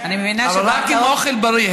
אבל רק אם האוכל בריא.